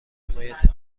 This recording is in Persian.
حمایت